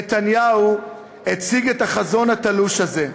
נתניהו הציג את החזון התלוש הזה.